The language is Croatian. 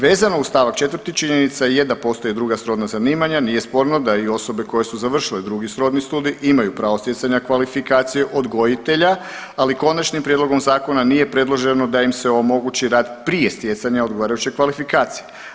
Vezano uz stavak 4. činjenica je da postoje druga srodna zanimanja, nije sporno da i osobe koje su završile drugi srodni studij imaju pravo stjecanja kvalifikacije odgojitelja, ali konačnim prijedlogom zakona nije predloženo da im se omogući rad prije stjecanja odgovarajuće kvalifikacije.